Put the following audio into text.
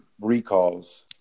recalls